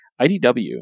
idw